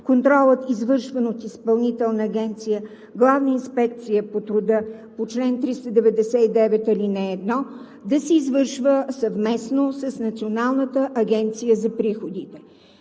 „Контролът, извършван от Изпълнителна агенция „Главна инспекция по труда“, по чл. 399, ал. 1“, да се извършва съвместно с Националната агенция за приходите.